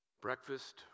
Breakfast